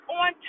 on